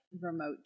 remote